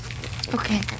Okay